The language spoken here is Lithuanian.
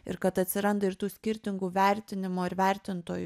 ir kad atsiranda ir tų skirtingų vertinimų ar vertintojų